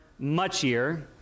muchier